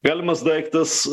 galimas daiktas